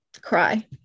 cry